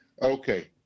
Okay